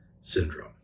syndrome